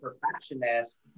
perfectionist